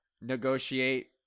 Negotiate